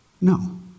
No